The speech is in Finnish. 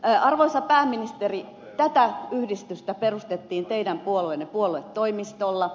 arvoisa pääministeri tätä yhdistystä perustettiin teidän puolueenne puoluetoimistolla